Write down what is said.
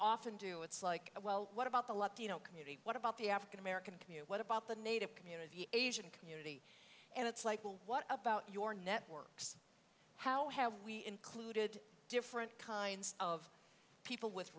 often do it's like well what about the latino community what about the african american community what about the native community asian community and it's like well what about your networks how have we included different kinds of people with